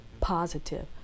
positive